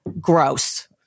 Gross